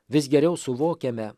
vis geriau suvokiame